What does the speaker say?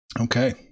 Okay